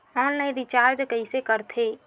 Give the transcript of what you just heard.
Online recharge कइसे करथे?